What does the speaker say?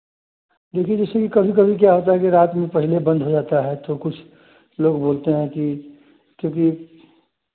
देखिए जैसे कि कभी कभी क्या होता है कि रात में पहले बंद हो जाता है तो कुछ लोग बोलते हैं कि क्योंकि